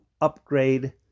upgrade